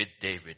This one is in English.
David